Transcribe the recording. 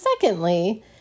secondly